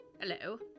Hello